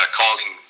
causing